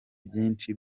byinshi